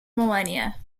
millennia